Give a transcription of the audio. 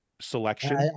selection